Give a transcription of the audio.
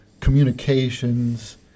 communications